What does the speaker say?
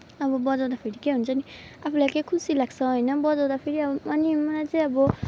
अब बजाउँदाखेरि के हुन्छ भने आफूलाई केही खुसी लाग्छ होइन बजाउँदाखेरि अनि मलाई चाहिँ अब